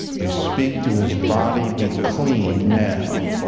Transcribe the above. we speak to his body. be clean now.